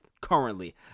currently